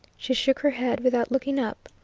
she shook her head without looking up.